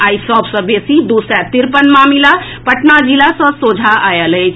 आई सभ सँ बेसी दू सय तिरपन मामिला पटना जिला सँ सोझा आएल अछि